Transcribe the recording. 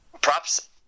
props